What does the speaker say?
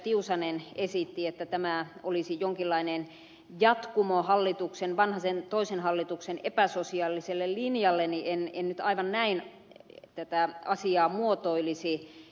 tiusanen esitti että tämä olisi jonkinlainen jatkumo vanhasen toisen hallituksen epäsosiaaliselle linjalle en nyt aivan näin muotoilisi